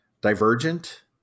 Divergent